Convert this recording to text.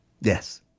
Yes